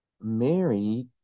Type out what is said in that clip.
Mary